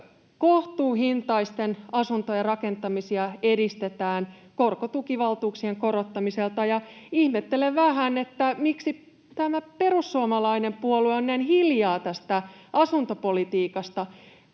kohtuuhintaisten asuntojen rakentamisia edistetään korkotukivaltuuksien korottamisella, ja ihmettelen vähän, miksi tämä perussuomalainen puolue on näin hiljaa tästä asuntopolitiikasta.